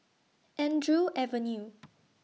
Andrew Avenue